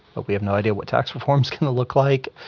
but we have no idea what tax reform is going to look like.